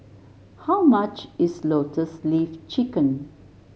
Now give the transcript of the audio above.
how much is Lotus Leaf Chicken